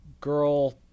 girl